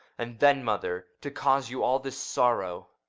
and then, mother, to cause you all this sorrow!